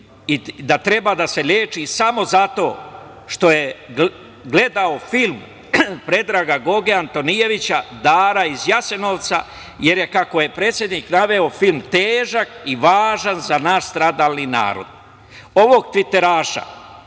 i da treba da se leči samo zato što je gledao film Predraga Gage Antonijevića „Dara iz Jasenovca“, jer je, kako je predsednik naveo, film težak i važan za naš stradalni narod. Ovog tviteraša